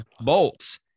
bolts